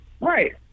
Right